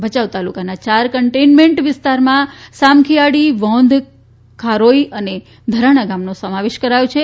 ભયાઉ તાલુકાના યાર કન્ટેનમેન્ટ વિસ્તારમાં સામખિયાળી વોંધ ખારોઈ અને ઘરાણા ગામ નો સમાવેશ થાય છે